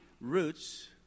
roots